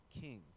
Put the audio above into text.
king